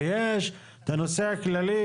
ויש את הנושא הכללי,